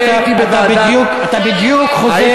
אתה בדיוק חוזר,